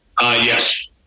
Yes